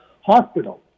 hospital